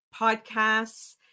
podcasts